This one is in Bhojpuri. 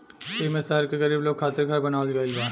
एईमे शहर के गरीब लोग खातिर घर बनावल गइल बा